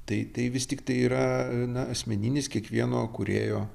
tai tai vis tiktai yra na asmeninis kiekvieno kūrėjo